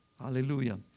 Hallelujah